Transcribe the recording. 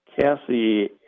Cassie